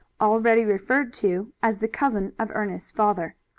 already referred to as the cousin of ernest's father.